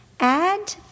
Add